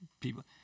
people